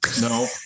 no